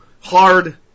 hard